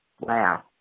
Wow